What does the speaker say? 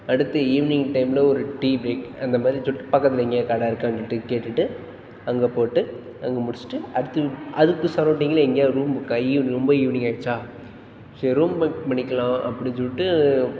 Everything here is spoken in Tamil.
அடுத்து ஈவினிங் டைமில் ஒரு டீ பிரேக் அந்த மாதிரி ஜுட் பக்கத்தில் எங்கேயாவது கடை இருக்கானு சொல்லிட்டு கேட்டுட்டு அங்கே போட்டு அங்கே முடிச்சுட்டு அடுத்து அடுத்து சரௌண்டிங்கில் எங்கேயாவது ரூம் இருக்கா ஈவினிங் ரொம்ப ஈவினிங் ஆகிருச்சா சரி ரூம் புக் பண்ணிக்கலாம் அப்படின்னு சொல்லிட்டு